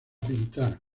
pintar